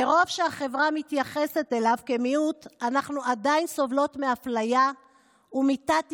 כרוב שהחברה מתייחסת אליו כמיעוט אנחנו עדיין סובלות מאפליה ומתת-ייצוג,